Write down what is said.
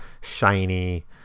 shiny